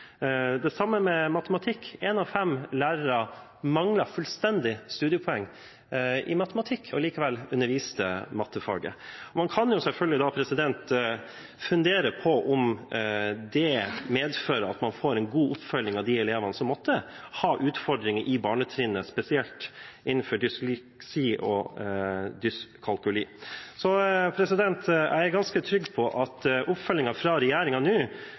Det samme med matematikk: én av fem lærere manglet fullstendig studiepoeng i matematikk og underviste likevel i mattefaget. Man kan selvfølgelig fundere på om det medfører at man får en god oppfølging av de elevene som måtte ha utfordringer på barnetrinnet, spesielt innenfor dysleksi og dyskalkuli. Så jeg er ganske trygg på at oppfølgingen fra regjeringen nå